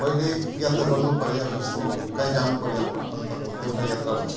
मैले यात्रा गर्नु पऱ्यो जस्तो कहीँ जानुपऱ्यो अब आफन्तकोमा त्यो एउटा यात्रा हुन्छ